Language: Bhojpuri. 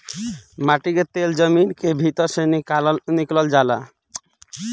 माटी के तेल जमीन के भीतर से निकलल जाला